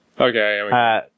Okay